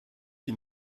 qui